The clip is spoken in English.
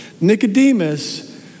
Nicodemus